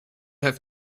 have